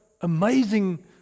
amazing